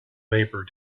labor